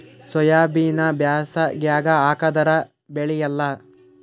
ಸೋಯಾಬಿನ ಬ್ಯಾಸಗ್ಯಾಗ ಹಾಕದರ ಬೆಳಿಯಲ್ಲಾ?